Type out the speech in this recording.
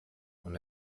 und